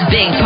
Big